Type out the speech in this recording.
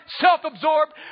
self-absorbed